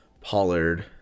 Pollard